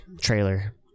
trailer